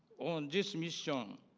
on this mission